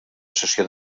sessió